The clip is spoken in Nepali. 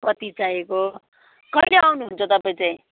कति चाहिएको हो कहिले आउनुहुन्छ तपाईँ चाहिँ